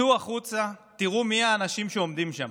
צאו החוצה, תראו מי האנשים שעומדים שם.